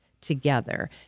together